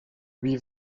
lui